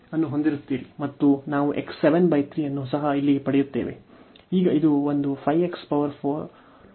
ನೀವು ಅನ್ನು ಹೊಂದಿರುತ್ತೀರಿ ಮತ್ತು ನಾವು ಅನ್ನು ಸಹ ಇಲ್ಲಿಗೆ ಪಡೆಯುತ್ತೇವೆ